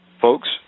Folks